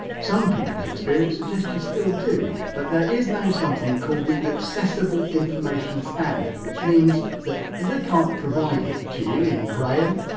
some people's experience suggest you still do. but there is now something called the accessible information standard which means that if they can't provide it to you in braille,